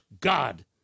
God